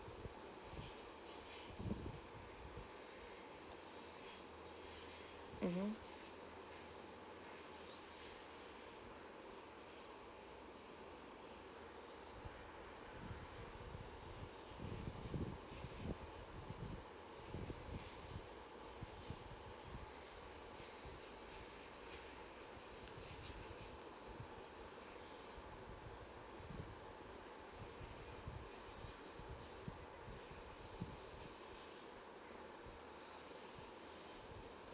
mmhmm